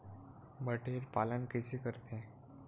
बटेर पालन कइसे करथे?